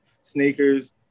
sneakers